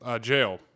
jail